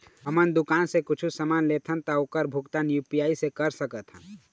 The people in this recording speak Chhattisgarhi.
हमन दुकान से कुछू समान लेथन ता ओकर भुगतान यू.पी.आई से कर सकथन?